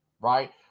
Right